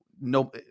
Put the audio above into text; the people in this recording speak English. no